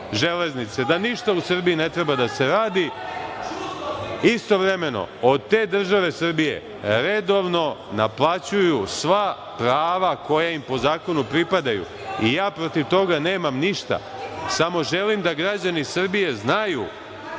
železnice, da ništa u Srbiji ne treba da se radi, istovremeno od te države Srbije redovno naplaćuju sva prava koja im po zakonu pripadaju. Ja protiv toga nemam ništa, samo želim da građani Srbije znaju